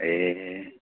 ए